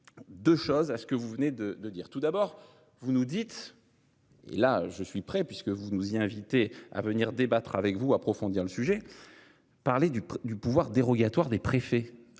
De choses à ce que vous venez de de dire tout d'abord, vous nous dites. Et là je suis prêt puisque vous nous y invités à venir débattre avec vous approfondir le sujet. Parler du du pouvoir dérogatoire des préfets